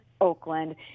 Oakland